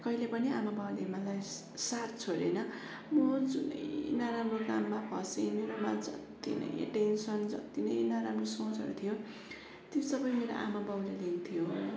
कहिले पनि आमा बाबाले मलाई साथ छोडेन म जुनै नराम्रो काममा फसिएँ मेरोमा जत्ति नै टेन्सन जत्ति नै नाराम्रो सोचहरू थियो त्यो सबै मेरो आमा बाउले हेर्थ्यो